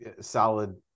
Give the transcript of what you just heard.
solid